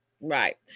Right